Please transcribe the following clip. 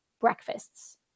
breakfasts